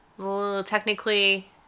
technically